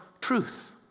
truth